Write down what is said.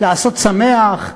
לעשות שמח,